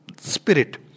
spirit